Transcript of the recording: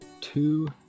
two